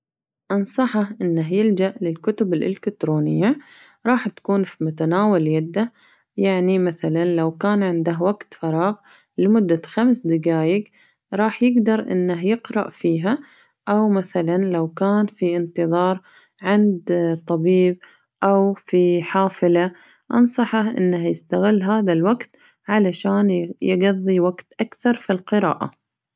أنصحه إنه يلجأ للكتب الإلكترونية راح تكون فمتناول يده يعني مثلاً لو كان عنده وقت فراغ لمدة خمس دقايق راح يقدر إنه يقرأ فيها أو مثلاً لو كان في انتظار عند طبيب أو في حافلة أنصحه إنه يستغل هذا الوقت علشان ي-يقضي وقت أكثر في القراءة.